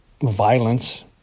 violence